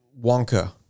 Wonka